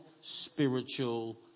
spiritual